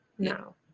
no